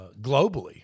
globally